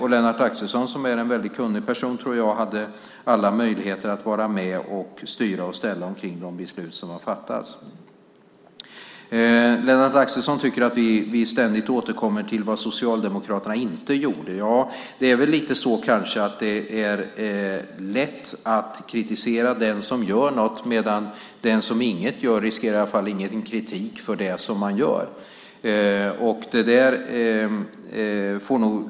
Lennart Axelsson, som jag tror är en väldigt kunnig person, hade alla möjligheter att vara med och styra och ställa omkring de beslut som har fattats. Lennart Axelsson tycker att vi ständigt återkommer till vad Socialdemokraterna inte gjorde. Ja, det kanske är så att det är lätt att kritisera den som gör något, medan den som inget gör i varje fall inte riskerar någon kritik för det man gör.